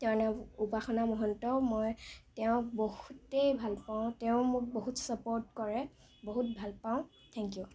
তেওঁৰ নাম উপাসনা মহন্ত মই তেওঁক বহুতেই ভালপাওঁ তেওঁ মোক বহুত চাপৰ্ট কৰে বহুত ভালপাওঁ থেং ইউ